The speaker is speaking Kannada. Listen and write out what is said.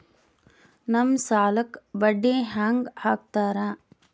ನಮ್ ಸಾಲಕ್ ಬಡ್ಡಿ ಹ್ಯಾಂಗ ಹಾಕ್ತಾರ?